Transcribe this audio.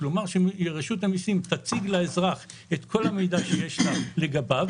כלומר שרשות המיסים תציג לאזרח את כל המידע שיש לה לגביו.